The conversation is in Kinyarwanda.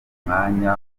umwanya